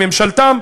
לממשלתם,